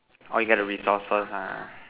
orh you got the resource first ha